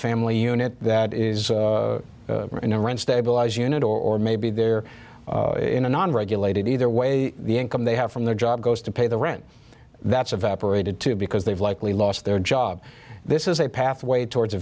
family unit that is in a rent stabilized unit or maybe they're in a non regulated either way the income they have from their job goes to pay the rent that's of paraded to because they've likely lost their job this is a pathway towards a